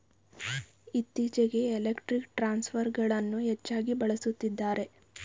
ಇತ್ತೀಚೆಗೆ ಎಲೆಕ್ಟ್ರಿಕ್ ಟ್ರಾನ್ಸ್ಫರ್ಗಳನ್ನು ಹೆಚ್ಚಾಗಿ ಬಳಸುತ್ತಿದ್ದಾರೆ